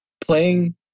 Playing